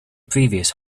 previous